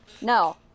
No